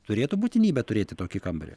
turėtų būtinybę turėti tokį kambarį